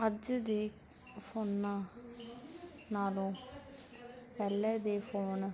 ਅੱਜ ਦੇ ਫ਼ੋਨਾਂ ਨਾਲੋਂ ਪਹਿਲੇ ਦੇ ਫੋਨ